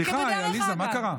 סליחה, עליזה, מה קרה?